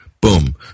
Boom